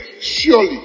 Surely